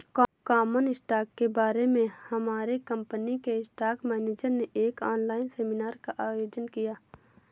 common stock के बारे में हमारे कंपनी के स्टॉक मेनेजर ने एक ऑनलाइन सेमीनार का आयोजन किया